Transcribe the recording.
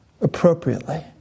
appropriately